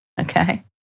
okay